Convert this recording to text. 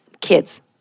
kids